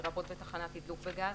לרבות בתחנת תדלוק בגז,